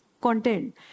content